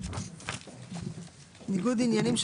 "ניגוד עניינים",